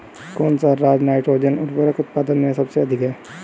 कौन सा राज नाइट्रोजन उर्वरक उत्पादन में सबसे अधिक है?